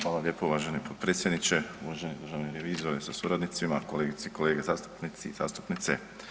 Hvala lijepo uvaženi podpredsjedniče, uvaženi državni revizore sa suradnicima, kolegice i kolege zastupnici i zastupnice.